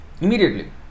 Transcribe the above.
immediately